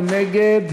מי נגד?